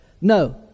no